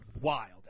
wild